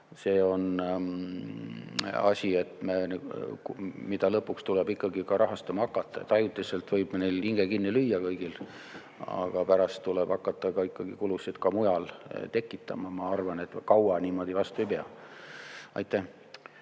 see on asi, mida lõpuks tuleb ikkagi ka rahastama hakata. Ajutiselt võib neil hinge kinni lüüa kõigil, aga pärast tuleb hakata kulusid ka mujal tekitama. Ma arvan, et me kaua niimoodi vastu ei